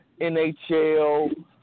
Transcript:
NHL